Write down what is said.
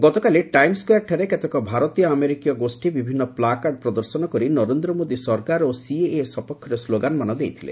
ଗତକାଲି ଟାଇମ୍ ସ୍କୋୟାର୍ଠାରେ କେତେକ ଭାରତୀୟ ଆମେରିକୀୟ ଗୋଷ୍ଠୀ ବିଭିନ୍ନ ପ୍ଲାକାର୍ଡ ପ୍ରଦର୍ଶନ କରି ନରେନ୍ଦ୍ର ମୋଦୀ ସରକାର ଓ ସିଏଏ ସପକ୍ଷରେ ସ୍କୋଗାନମାନ ଦେଇଥିଲେ